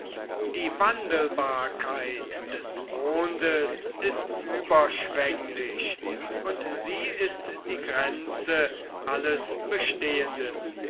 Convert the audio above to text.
die wandelbarkeit des mondes ist überschwenglich und sie ist die grenze alles bestehenden